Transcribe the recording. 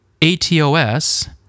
ATOS